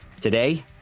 Today